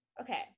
Okay